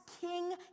king